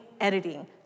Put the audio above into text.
editing